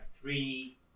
three